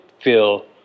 feel